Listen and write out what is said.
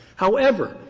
however,